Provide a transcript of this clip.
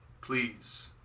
Please